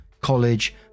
college